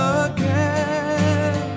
again